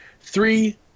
Three